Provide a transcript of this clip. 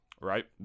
Right